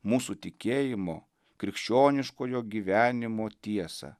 mūsų tikėjimo krikščioniškojo gyvenimo tiesą